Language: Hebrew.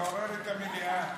לעורר את המליאה.